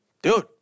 Dude